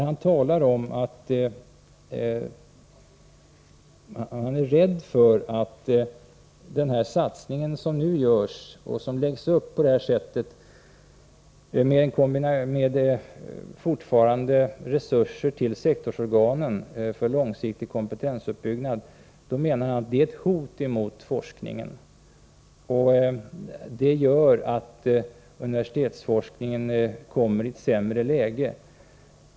Han talar om att han är rädd för att den satsning som nu görs med resurser till sektorsorganen för långsiktig kompetensuppbyggnad är ett hot mot forskningen och att detta gör att universitetsforskningen kommer i ett sämre läge.